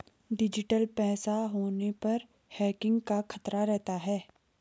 digital पैसा होने पर हैकिंग का खतरा रहता है